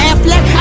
Affleck